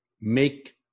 make